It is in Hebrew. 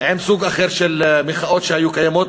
עם סוג אחר של מחאות שהיו קיימות,